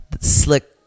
Slick